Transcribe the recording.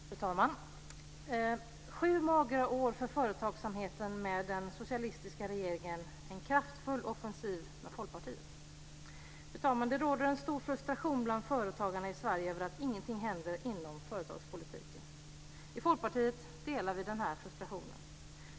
Fru talman! Sju magra år för företagsamheten med den socialistiska regeringen, en kraftfull offensiv med Folkpartiet. Fru talman! Det råder en stor frustration bland företagarna i Sverige över att ingenting händer inom företagspolitiken. I Folkpartiet delar vi denna frustration.